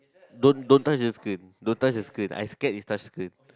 don't don't touch the screen don't touch the screen I scared you touch the screen